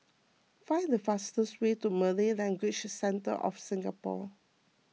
find the fastest way to Malay Language Centre of Singapore